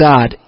God